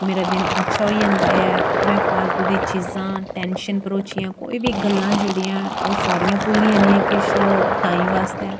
मेरा दिन अच्छा होई जंदा ऐ में फालतू दी चीज़ां टेंशन भरोचियां कोई बी गल्लां जेह्ड़ियां ओह् सारियां भु'ल्ली ज'न्नी आं किश टाइम आस्तै